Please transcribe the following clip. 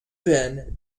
been